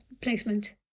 placement